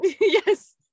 yes